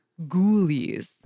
Ghoulies